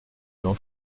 n’en